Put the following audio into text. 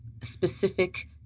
specific